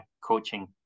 coaching